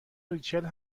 ریچل